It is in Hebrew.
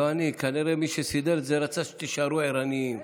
כנראה מי שסידר את זה רצה שתישארו ערניים.